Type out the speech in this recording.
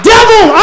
Devil